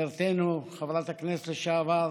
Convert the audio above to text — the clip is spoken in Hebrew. חברתנו חברת הכנסת לשעבר